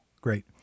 Great